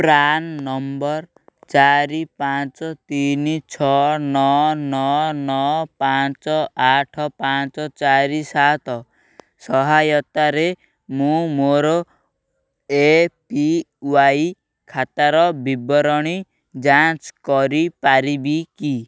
PRAN number ଚାରି ପାଞ୍ଚ ତିନି ଛଅ ନଅ ନଅ ନଅ ପାଞ୍ଚ ଆଠ ପାଞ୍ଚ ଚାରି ସାତ ସହାୟତାରେ ମୁଁ ମୋର ଏ ପି ୱାଇ ଖାତାର ବିବରଣୀ ଯାଞ୍ଚ କରିପାରିବି କି